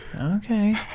Okay